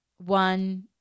one